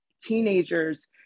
teenagers